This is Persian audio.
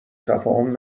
تفاهم